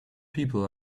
people